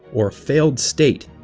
or a failed state,